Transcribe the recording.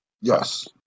yes